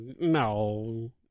no